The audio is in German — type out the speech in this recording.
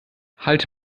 halt